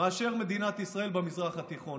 מאשר מדינת ישראל במזרח התיכון.